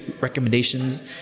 recommendations